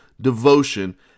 devotion